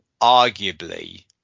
arguably